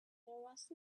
was